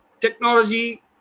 technology